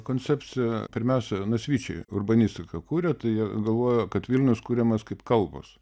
koncepcija pirmiausia nasvyčiai urbanistiką kūrė tai jie galvojo kad vilnius kuriamas kaip kalvos